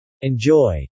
Enjoy